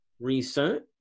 research